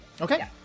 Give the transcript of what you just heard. Okay